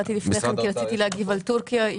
הצבעתי לפני כן כי רציתי להגיב בעניין טורקיה.